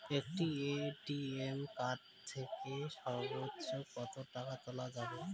একটি ATM card থেকে সর্বোচ্চ কত টাকা তোলা যাবে?